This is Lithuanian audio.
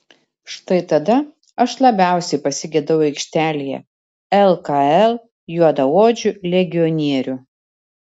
štai tada aš labiausiai pasigedau aikštelėje lkl juodaodžių legionierių